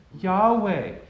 Yahweh